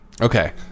Okay